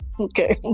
Okay